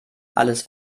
alles